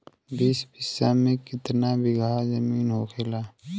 बीस बिस्सा में कितना बिघा जमीन होखेला?